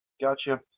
gotcha